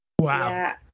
Wow